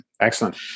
excellent